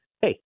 Hey